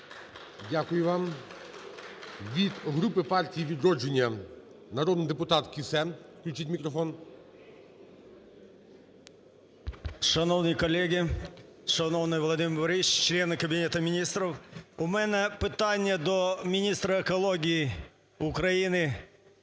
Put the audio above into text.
Дякую вам. Від групи "Партії "Відродження" народний депутат Кіссе. Включіть мікрофон. 10:35:09 КІССЕ А.І. Шановні колеги, шановний Володимир Борисович, члени Кабінету Міністрів! У мене питання до міністра екології України.